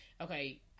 okay